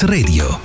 Radio